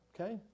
Okay